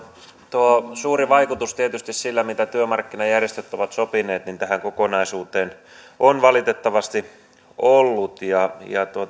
tuo suuri vaikutus tietysti sillä mitä työmarkkinajärjestöt ovat sopineet tähän kokonaisuuteen on valitettavasti ollut ja